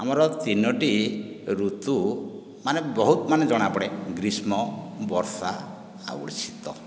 ଆମର ତିନୋଟି ଋତୁ ମାନେ ବହୁତ ମାନେ ଜଣାପଡ଼େ ଗ୍ରୀଷ୍ମ ବର୍ଷା ଆଉ ଶୀତ